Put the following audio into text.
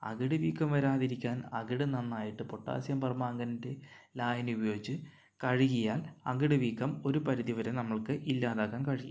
അകിട് വീക്കം വരാതിരിക്കാൻ അകിട് നന്നായിട്ട് പൊട്ടാസ്യം പെർമാംഗനേറ്റ് ലായനി ഉപയോഗിച്ച് കഴുകിയാൽ അകിട് വീക്കം ഒരു പരിധി വരെ നമ്മൾക്ക് ഇല്ലാതാക്കാൻ കഴിയും